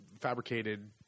fabricated